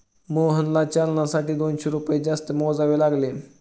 मोहनला चलनासाठी दोनशे रुपये जास्त मोजावे लागले